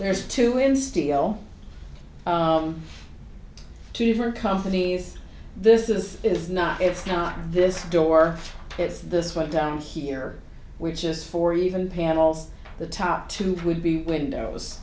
there's two in steel two different companies this is is not it's not this door it's this one down here which is for even panels the top two would be windows